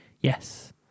yes